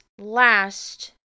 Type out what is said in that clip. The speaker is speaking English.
last